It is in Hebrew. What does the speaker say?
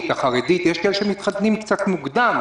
או החרדית יש כאלה שמתחתנים קצת מוקדם?